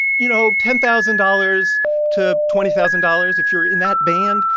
you know, ten thousand dollars to twenty thousand dollars if you're in that band,